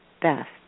best